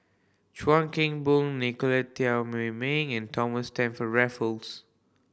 Chuan Keng Boon Nicolette Teo Wei Min and Thomas Stamford Raffles